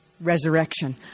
resurrection